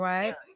Right